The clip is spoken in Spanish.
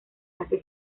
hace